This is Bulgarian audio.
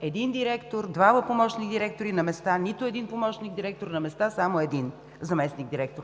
един директор, двама заместник-директори, на места нито един заместник-директор, на места само един заместник-директор.